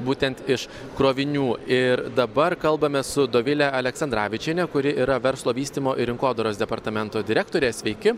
būtent iš krovinių ir dabar kalbame su dovile aleksandravičiene kuri yra verslo vystymo ir rinkodaros departamento direktorė sveiki